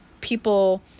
people